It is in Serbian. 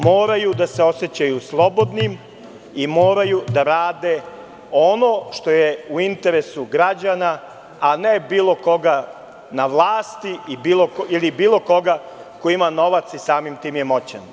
Moraju da se osećaju slobodnim i moraju da rade ono što je u interesu građana, a ne bilo koga na vlasti ili bilo koga, ko ima novac i samim tim je moćan.